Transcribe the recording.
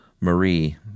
Marie